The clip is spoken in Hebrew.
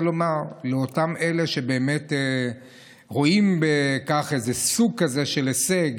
רוצה דווקא לומר לאלה שרואים בזה סוג של הישג: